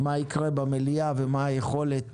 מה יקרה במליאה ומה היכולת